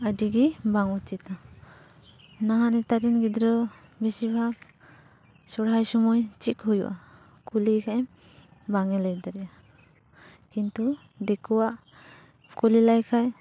ᱟᱹᱰᱤ ᱜᱮ ᱵᱟᱝ ᱩᱪᱤᱛᱟ ᱱᱟᱦᱟᱜ ᱱᱮᱛᱟᱨ ᱨᱮᱱ ᱜᱤᱫᱽᱨᱟᱹ ᱵᱮᱥᱤᱨ ᱵᱷᱟᱜᱽ ᱥᱚᱨᱦᱟᱭ ᱥᱚᱢᱚᱭ ᱪᱮᱫ ᱠᱚ ᱦᱩᱭᱩᱜᱼᱟ ᱠᱩᱞᱤᱭᱮᱠᱷᱟᱱᱮᱢ ᱵᱟᱝᱼᱮ ᱞᱟᱹᱭ ᱫᱟᱲᱮᱭᱟᱜᱼᱟ ᱠᱤᱱᱛᱩ ᱫᱤᱠᱩᱣᱟᱜ ᱠᱩᱞᱤᱞᱮᱭᱠᱷᱟᱱ